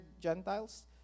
Gentiles